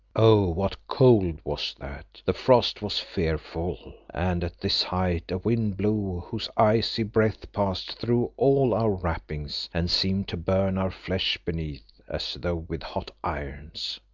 oh! what cold was that. the frost was fearful, and at this height a wind blew whose icy breath passed through all our wrappings, and seemed to burn our flesh beneath as though with hot irons.